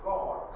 God